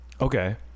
Okay